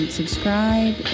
subscribe